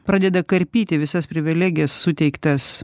pradeda karpyti visas privilegijas suteiktas